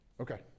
Okay